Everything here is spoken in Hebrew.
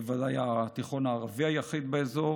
בוודאי התיכון הערבי היחיד באזור.